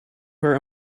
her